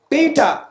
Peter